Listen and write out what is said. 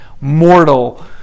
mortal